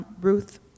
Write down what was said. ruth